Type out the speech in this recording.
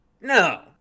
No